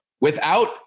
Without-